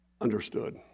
understood